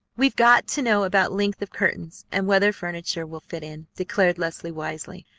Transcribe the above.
we've got to know about length of curtains, and whether furniture will fit in, declared leslie wisely.